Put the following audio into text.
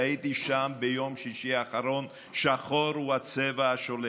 הייתי שם ביום שישי האחרון, שחור הוא הצבע השולט.